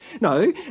No